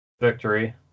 victory